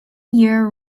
year